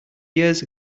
years